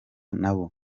nabo